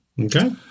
Okay